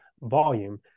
volume